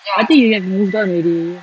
I think you would have moved on already